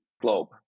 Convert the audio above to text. globe